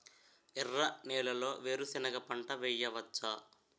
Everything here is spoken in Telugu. ఎర్ర నేలలో వేరుసెనగ పంట వెయ్యవచ్చా?